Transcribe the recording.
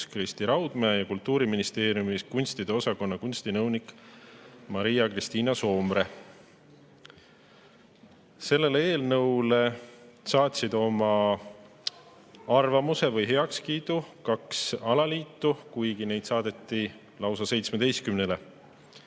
Kristi Raudmäe ja Kultuuriministeeriumi kunstide osakonna kunstinõunik Maria-Kristiina Soomre. Selle eelnõu kohta saatsid oma arvamuse või heakskiidu kaks alaliitu, kuigi neid [arvamuse